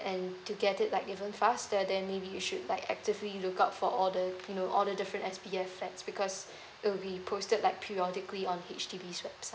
and to get it like even faster then maybe you should like actively look out for all the you know all the different S_B_F flats because it'll be posted like periodically on H_D_B website